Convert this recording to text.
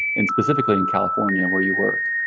and specifically in california where you work,